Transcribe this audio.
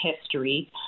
history